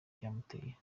byamuteye